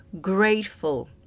grateful